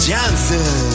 Johnson